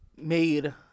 Made